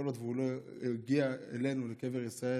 כל עוד הוא לא הגיע אלינו, לקבר ישראל,